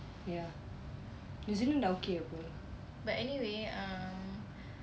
ya new zealand dah okay apa